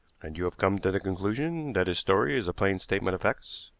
and you have come to the conclusion that his story is a plain statement of facts?